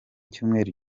cyumweru